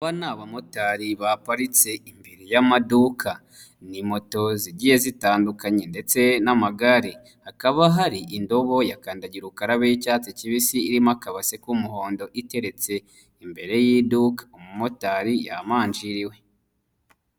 Aba ni abamotari baparitse imbere y'amaduka, ni moto zigiye zitandukanye ndetse n'amagare, hakaba hari indobo ya kandagira ukarabe y'icyatsi kibisi irimo akabase k'umuhondo, iteretse imbere y'iduka, umumotari yamanjiriwe.